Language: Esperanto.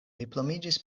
diplomiĝis